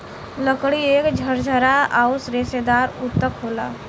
लकड़ी एक झरझरा आउर रेसेदार ऊतक होला